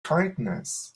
kindness